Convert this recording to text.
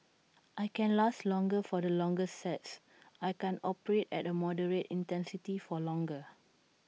I can last longer for the longer sets I can operate at A moderate intensity for longer